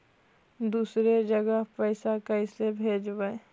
दुसरे जगह पैसा कैसे भेजबै?